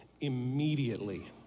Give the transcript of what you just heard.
immediately